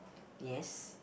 yes